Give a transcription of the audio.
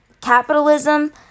capitalism